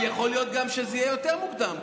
אבל יכול להיות שזה יהיה יותר מוקדם,